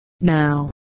now